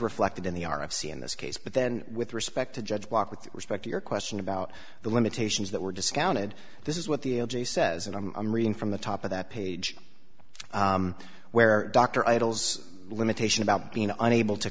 reflected in the r f c in this case but then with respect to judge block with respect to your question about the limitations that were discounted this is what the o j says and i'm reading from the top of that page where dr idles limitation about being unable to